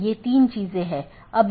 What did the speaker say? ये IBGP हैं और बहार वाले EBGP हैं